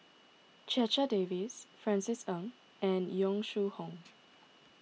Checha Davies Francis Ng and Yong Shu Hoong